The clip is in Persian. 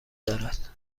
دارد